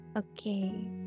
Okay